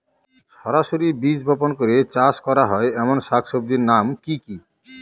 সরাসরি বীজ বপন করে চাষ করা হয় এমন শাকসবজির নাম কি কী?